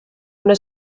una